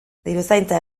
diruzaintza